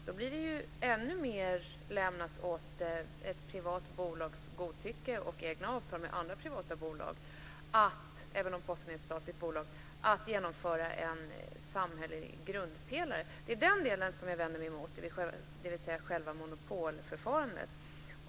Då blir det ännu mer utlämnat åt ett privat bolags - även om Posten är ett statligt bolag - godtycke och egna avtal med andra privata bolag att ta hand om en samhällelig grundpelare. Det är själva monopolförfarandet som jag vänder mig emot.